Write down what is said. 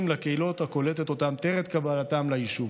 לקהילות הקולטת אותם טרם קבלתם ליישוב,